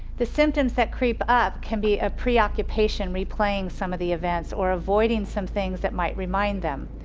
the symptoms that creep up can be a preoccupation replaying some of the events or avoiding some things that might remind them.